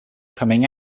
coming